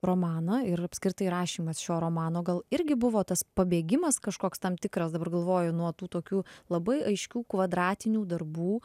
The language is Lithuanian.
romaną ir apskritai rašymas šio romano gal irgi buvo tas pabėgimas kažkoks tam tikras dabar galvoju nuo tų tokių labai aiškių kvadratinių darbų